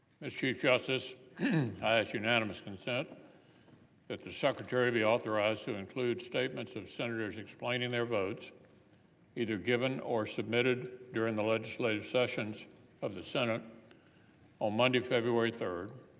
chief justice ah ask unanimous consent that the secretary be authorized to include statements of senators explaining their votes either given or submitted during the legislative sessions of the senate on monday, february three,